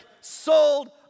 sold